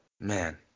Man